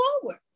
forward